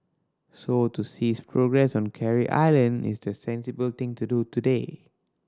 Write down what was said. so to cease progress on Carey Island is the sensible thing to do today